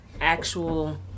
actual